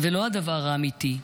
ולא הדבר האמיתי.